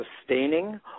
sustaining